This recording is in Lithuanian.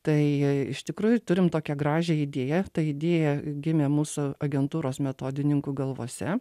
tai iš tikrųjų turim tokią gražią idėją ta idėja gimė mūsų agentūros metodininkų galvose